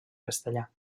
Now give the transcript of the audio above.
castellà